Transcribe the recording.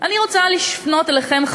אני רוצה לפנות אליכם,